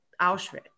Auschwitz